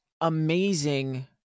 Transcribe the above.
amazing